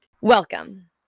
Welcome